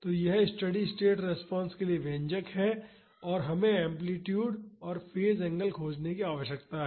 तो यह steady state response के लिए व्यंजक है हमें एम्पलीटूड और फेज़ एंगल खोजने की आवश्यकता है